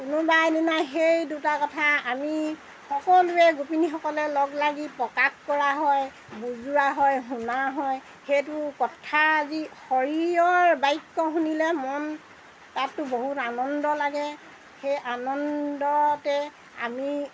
কোনোবা এদিনা সেই দুটা কথা আমি সকলোৱে গোপিনীসকলে লগ লাগি প্ৰকাশ কৰা হয় বুজোৱা হয় শুনা হয় সেইটো কথা আজি শৰীৰৰ বাক্য শুনিলে মন তাতো বহুত আনন্দ লাগে সেই আনন্দতে আমি